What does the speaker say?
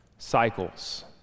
Cycles